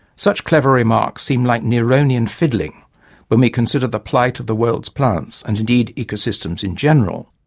such clever remarks seem like neronian fiddling when we consider the plight of the world's plants and indeed ecosystems in general.